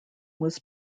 was